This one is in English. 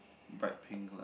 bright pink lah